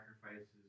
sacrifices